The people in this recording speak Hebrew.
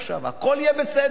הכול יהיה בסדר.